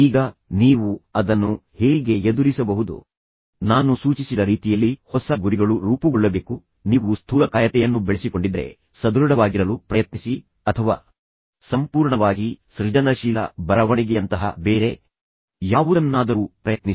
ಈಗ ನೀವು ಅದನ್ನು ಮತ್ತೆ ಹೇಗೆ ಎದುರಿಸಬಹುದು ನೀವು ಡೋಪಮೈನ್ ವಿಷಯದಲ್ಲಿ ನಾನು ಸೂಚಿಸಿದ ರೀತಿಯಲ್ಲಿ ಹೊಸ ಗುರಿಗಳು ರೂಪುಗೊಳ್ಳಬೇಕು ವಿಶೇಷವಾಗಿ ನೀವು ಆ ಸಮಯದಲ್ಲಿ ಸ್ಥೂಲಕಾಯತೆಯನ್ನು ಬೆಳೆಸಿಕೊಂಡಿದ್ದರೆ ಸದೃಢವಾಗಿರಲು ಪ್ರಯತ್ನಿಸಿ ಅಥವಾ ಸಂಪೂರ್ಣವಾಗಿ ಸೃಜನಶೀಲ ಬರವಣಿಗೆಯಂತಹ ಬೇರೆ ಯಾವುದನ್ನಾದರೂ ಪ್ರಯತ್ನಿಸಿ